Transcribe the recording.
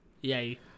Yay